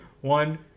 One